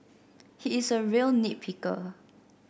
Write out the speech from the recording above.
he is a real nit picker